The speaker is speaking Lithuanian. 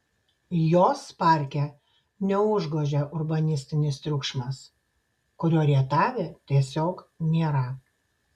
jos parke neužgožia urbanistinis triukšmas kurio rietave tiesiog nėra